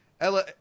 Ella